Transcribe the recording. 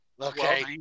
Okay